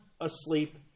asleep